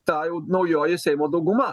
ta jau naujoji seimo dauguma